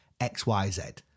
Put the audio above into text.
XYZ